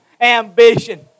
ambition